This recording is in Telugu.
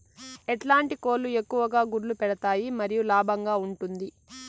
ఎట్లాంటి కోళ్ళు ఎక్కువగా గుడ్లు పెడతాయి మరియు లాభంగా ఉంటుంది?